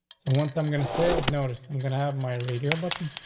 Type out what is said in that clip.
so once i'm gonna say would notice, i'm gonna have my radio, but,